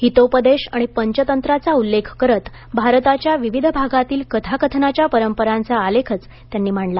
हितोपदेश आणि पंचतंत्राचा उल्लेख करत भारताच्या विविध भागातील कथाकथनाच्या परंपरांचा आलेखच त्यांनी मांडला